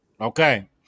Okay